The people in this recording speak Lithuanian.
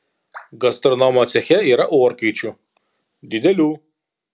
gastronomo ceche yra orkaičių didelių